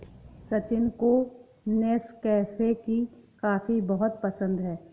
सचिन को नेस्कैफे की कॉफी बहुत पसंद है